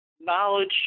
knowledge